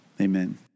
amen